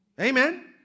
Amen